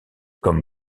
comme